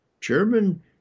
German